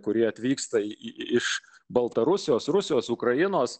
kurie atvyksta į iš baltarusijos rusijos ukrainos